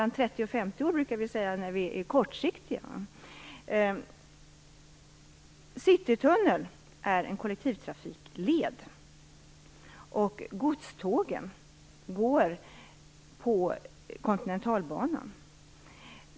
När vi är kortsiktiga brukar vi räkna med 30 Citytunneln är en kollektivtrafikled. Godstågen går på kontinentalbanan.